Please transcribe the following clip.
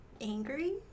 angry